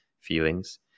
feelings